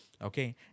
okay